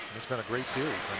it's been a great series.